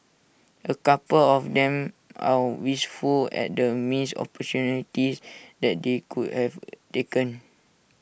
A couple of them are wistful at the missed opportunities that they could have taken